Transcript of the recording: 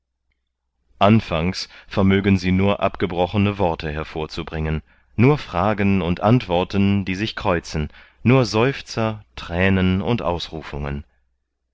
anfangs vermögen sie nur abgebrochene worte hervorzubringen nur fragen und antworten die sich kreuzen nur seufzer thränen und ausrufungen